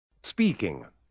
Speaking